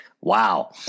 Wow